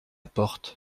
porte